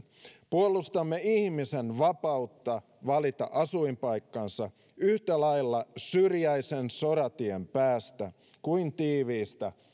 puolustamme ihmisen vapautta valita asuinpaikkansa yhtä lailla syrjäisen soratien päästä kuin tiiviistä